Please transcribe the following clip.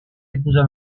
épousa